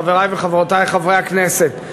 חברי וחברותי חברי הכנסת,